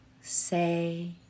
say